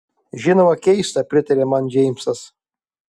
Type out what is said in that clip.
žinoma keista pritarė man džeimsas